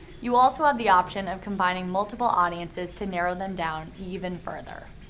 you also have the option of combining multiple audiences to narrow them down even further.